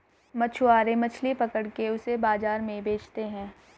मछुआरे मछली पकड़ के उसे बाजार में बेचते है